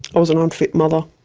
i was an unfit mother.